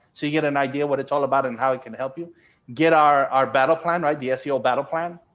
so you get an idea what it's all about, and how it can help you get our our battle plan, right, the seo battle plan.